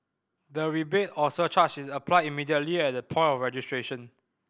the rebate or surcharge is applied immediately at the point of registration